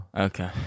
Okay